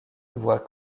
voit